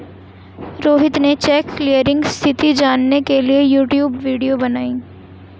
रोहित ने cheque clearing स्थिति जानने के लिए यूट्यूब वीडियो बनाई